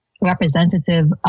representative